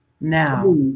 now